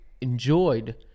enjoyed